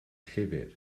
llyfr